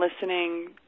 listening